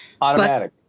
Automatic